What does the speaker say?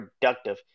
productive